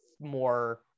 more